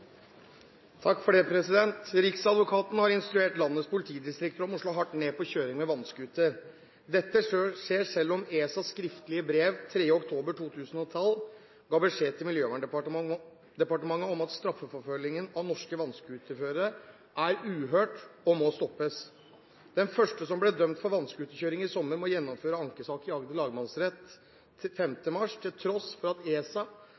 har instruert landets politidistrikter om å slå hardt ned på kjøring med vannscooter. Dette skjer selv om ESA skriftlig i brev 3. oktober 2012 ga beskjed til Miljøverndepartementet om at straffeforfølgningen av norske vannscooterførere er uhørt og må stoppes. Den første som ble dømt for vannscooterkjøring i sommer, må gjennomføre ankesak i